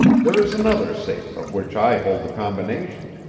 there is another safe, of which i hold the combination.